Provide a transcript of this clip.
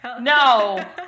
no